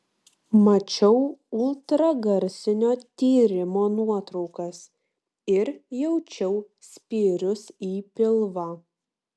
mačiau ultragarsinio tyrimo nuotraukas ir jaučiau spyrius į pilvą